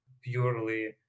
purely